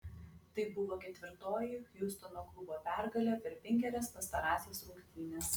tai buvo ketvirtoji hjustono klubo pergalė per penkerias pastarąsias rungtynes